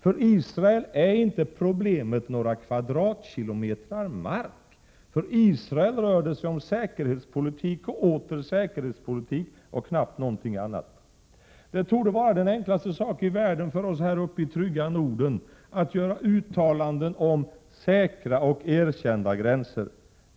För Israel är inte problemet några kvadratkilometer mark, för Israel rör det sig om säkerhetspolitik och åter säkerhetspolitik och knappast något annat. Det torde vara den enklaste sak i världen för oss här uppe i trygga Norden att göra uttalanden om säkra och erkända gränser.